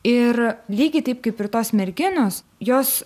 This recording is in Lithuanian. ir lygiai taip kaip ir tos merginos jos